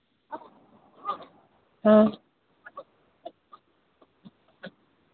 हाँ